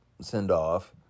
send-off